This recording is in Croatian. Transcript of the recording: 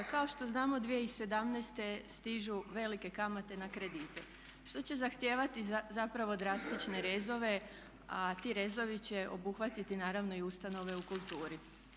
Kao što znamo 2017. stižu velike kamate na kredite što će zahtijevati zapravo drastične rezove a ti rezovi će obuhvatiti naravno i ustanove u kulturi.